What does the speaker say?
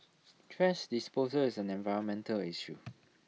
thrash disposal is an environmental issue